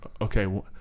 okay